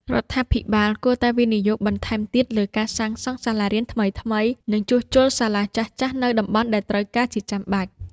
រដ្ឋាភិបាលគួរតែវិនិយោគបន្ថែមទៀតលើការសាងសង់សាលារៀនថ្មីៗ និងជួសជុលសាលាចាស់ៗនៅតំបន់ដែលត្រូវការជាចាំបាច់។